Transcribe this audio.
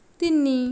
ତିନି